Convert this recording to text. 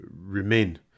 remain